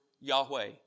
Yahweh